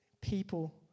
people